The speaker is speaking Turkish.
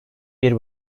bir